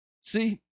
See